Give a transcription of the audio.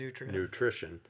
nutrition